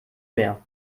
mehr